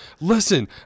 listen